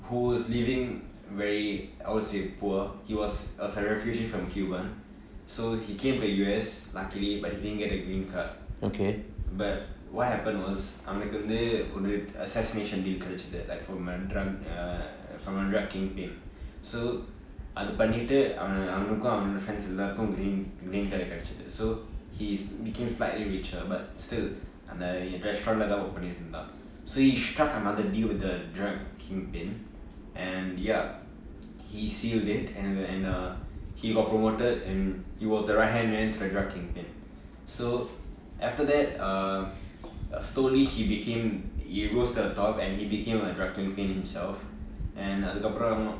who is leaving very I would say poor he was a refugee from cuban so he came to U_S luckily but he didn't get a green card but what happened was அவனுக்கு வரு ஒறு:avanukku varu oru assassination deal கிடைத்தது:kidaithathu like for men drugs from a drug den so அது பன்னிட்டு அவ~ அவனுக்கு அவன்:athu pannittu ava~ avanukku avan friends எல்லருக்கும்:ellaarukkum green green card கிடைச்சது:kidachathu so he's became slightly richer but still அந்த:antha restaurant work பன்னிட்டு இருந்தான்:pannitu irunthaan so he struck another deal with the drug kingpin and yard he sealed it and and err he got promoted and he was the right hand man for drug kingpin so after that uh uh slowly he became he rose to the top and he became a drug kingpin himself and அதுக்கப்பரம்:athu kapprom